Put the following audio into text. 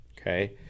okay